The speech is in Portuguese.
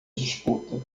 disputa